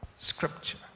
Scripture